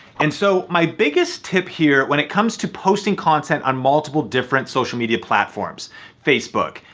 and so my biggest tip here when it comes to posting content on multiple different social media platforms facebook,